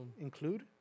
include